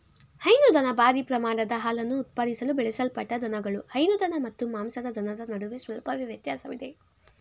ಹೈನುದನ ಭಾರೀ ಪ್ರಮಾಣದ ಹಾಲನ್ನು ಉತ್ಪಾದಿಸಲು ಬೆಳೆಸಲ್ಪಟ್ಟ ದನಗಳು ಹೈನು ದನ ಮತ್ತು ಮಾಂಸದ ದನದ ನಡುವೆ ಸ್ವಲ್ಪವೇ ವ್ಯತ್ಯಾಸವಿದೆ